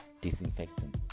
disinfectant